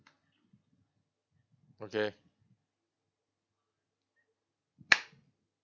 okay